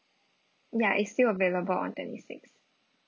ya it's still available on twenty sixth